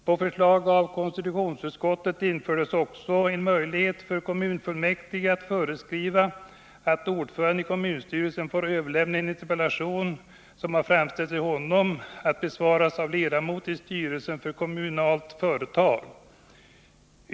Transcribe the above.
På förslag av konstitutionsutskottet infördes också en möjlighet för kommunfullmäktige att föreskriva att ordföranden i kommunstyrelsen får överlämna en interpellation som har framställts till honom att besvaras av en ledamot i styrelsen för ett kommunalt företag.